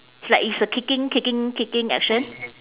it's like it's a kicking kicking kicking action